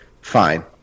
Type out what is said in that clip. fine